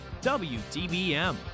WDBM